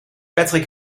patrick